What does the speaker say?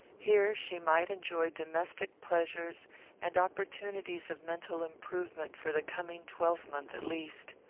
here she might enjoy domestic pleasures and opportunities of mental improvement for the coming twelvemonth at least.